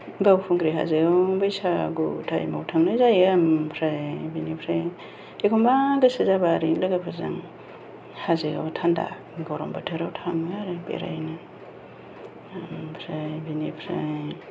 बावखुंग्रि हाजोआव बैसागु टाइमाव थांनाय जायो ओमफ्राय बिनिफ्राय एखम्बा गोसो जायोबा ओरैनो लोगोफोरजों हाजोआव थान्दा गरम बोथोराव थाङो आरो बेरायनो ओमफ्राय बेनिफ्राय